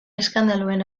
eskandaluen